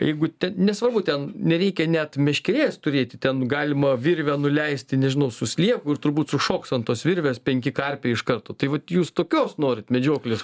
jeigu nesvarbu ten nereikia net meškerės turėti ten galima virvę nuleisti nežinau su slieku ir turbūt sušoks ant tos virvės penki karpiai iš karto tai vat jūs tokios norit medžioklės